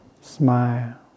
smile